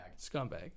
Scumbag